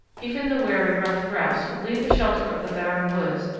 even the wary ruffed grouse will leave the shelter of the barren woods,